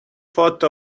photo